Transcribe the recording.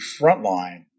frontline